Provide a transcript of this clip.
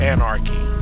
Anarchy